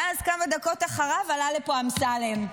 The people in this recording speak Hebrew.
ואז, כמה דקות אחריו עלה לפה אמסלם,